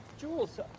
Jules